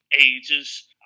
ages